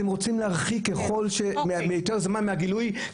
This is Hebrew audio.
אתם רוצים להרחיק יותר זמן מהגילוי,